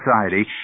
society